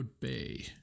Bay